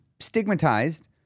stigmatized